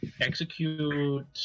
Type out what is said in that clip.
execute